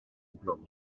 blwm